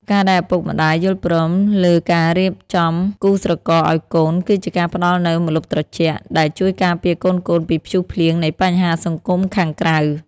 ការដែលឪពុកម្ដាយយល់ព្រមលើការរៀបចំគូស្រករឱ្យកូន គឺជាការផ្ដល់នូវ "ម្លប់ត្រជាក់" ដែលជួយការពារកូនៗពីព្យុះភ្លៀងនៃបញ្ហាសង្គមខាងក្រៅ។